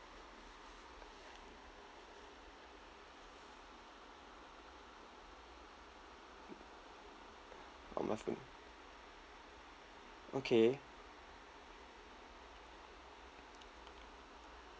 on my phone okay